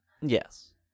yes